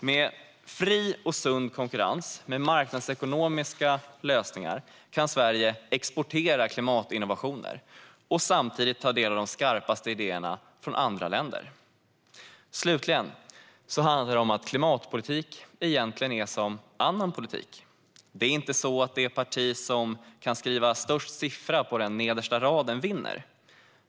Med fri och sund konkurrens och marknadsekonomiska lösningar kan Sverige exportera klimatinnovationer och samtidigt ta del av de skarpaste idéerna från andra länder. För det tredje är klimatpolitik egentligen som annan politik. Det är inte så att det parti som kan skriva störst siffra på nedersta raden vinner.